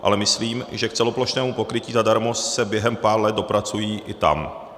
Ale myslím, že k celoplošnému pokrytí zadarmo se během pár let dopracují i tam.